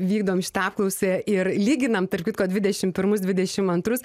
vykdom šitą apklausę ir lyginam tarp kitko dvidešimt pirmus dvidešimt antrus